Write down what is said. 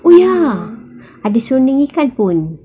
oh ya ada serunding ikan pun